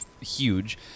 huge